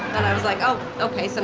i was like, oh, okay. so,